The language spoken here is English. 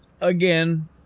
again